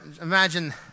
imagine